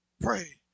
pray